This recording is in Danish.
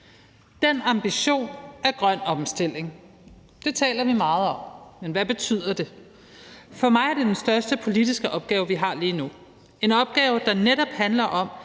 Den ambition er grøn omstilling. Det taler vi meget om. Men hvad betyder det? For mig er det den største politiske opgave, vi har lige nu. Det er en opgave, der netop handler om